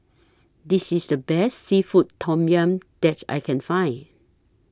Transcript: This IS The Best Seafood Tom Yum that I Can Find